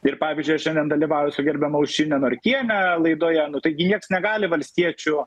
ir pavyzdžiui aš šiandien dalyvauju su gerbiama aušrine norkiene laidoje taigi nieks negali valstiečių